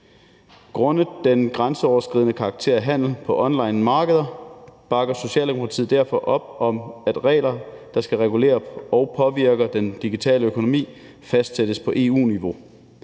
Grundet den grænseoverskridende karakter af handel på online markeder bakker Socialdemokratiet derfor op om, at regler, der skal regulere, og som påvirker den digitale økonomi, fastsættes på EU-niveau.